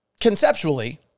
conceptually